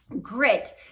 grit